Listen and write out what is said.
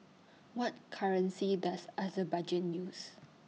What currency Does Azerbaijan use